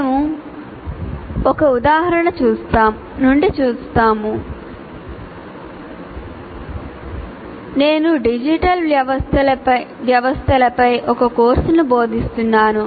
మేము ఒక ఉదాహరణ నుండి చూస్తాము నేను డిజిటల్ వ్యవస్థలపై ఒక కోర్సును బోధిస్తున్నాను